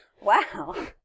Wow